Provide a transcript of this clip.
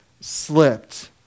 slipped